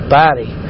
body